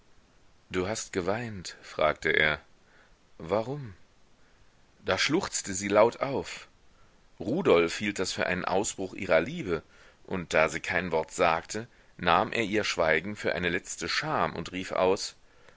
du hast geweint fragte er warum da schluchzte sie laut auf rudolf hielt das für einen ausbruch ihrer liebe und da sie kein wort sagte nahm er ihr schweigen für eine letzte scham und rief aus